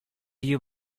you